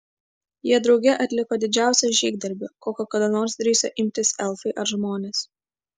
jie drauge atliko didžiausią žygdarbį kokio kada nors drįso imtis elfai ar žmonės